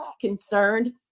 concerned